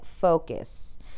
focus